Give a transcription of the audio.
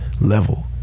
level